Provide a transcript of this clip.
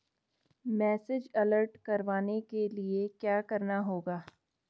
Message alert करवाने के लिए क्या करना होगा?